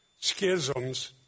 schisms